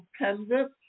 dependent